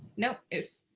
no, it's,